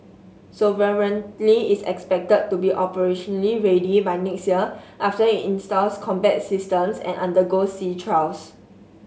sovereignty is expected to be operationally ready by next year after it installs combat systems and undergoes sea trials